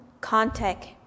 contact